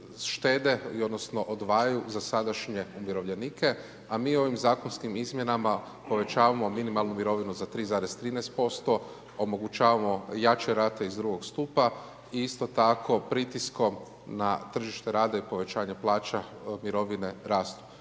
štede odnosno odvajaju za sadašnje umirovljenike, a mi ovim zakonskim izmjenama povećavamo minimalnu mirovinu za 3,13%, omogućavamo jače rate iz drugog stupa. Isto tako pritiskom na tržište rada i povećanje plaća, mirovine rastu.